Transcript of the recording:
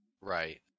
Right